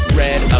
red